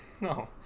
No